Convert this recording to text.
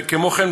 כמו כן,